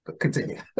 Continue